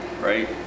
right